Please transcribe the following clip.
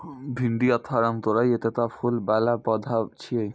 भिंडी अथवा रामतोरइ एकटा फूल बला पौधा छियै